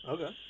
Okay